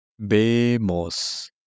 Vemos